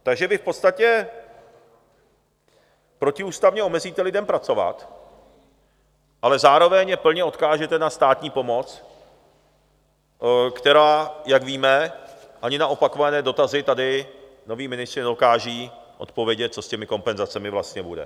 Takže vy v podstatě protiústavně omezíte lidem pracovat, ale zároveň je plně odkážete na státní pomoc, která, jak víme, ani na opakované dotazy tady noví ministři nedokážou odpovědět, co s těmi kompenzacemi vlastně bude.